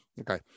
Okay